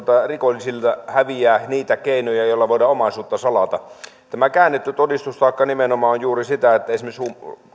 rikollisilta häviää niitä keinoja joilla voidaan omaisuutta salata tämä käännetty todistustaakka nimenomaan on juuri sitä että esimerkiksi